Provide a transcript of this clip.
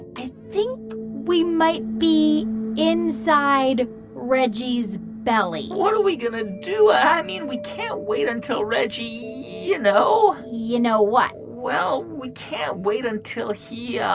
i think we might be inside reggie's belly what are we going to do? i mean, we can't wait until reggie, you know. you know what? well, we can't wait until he. yeah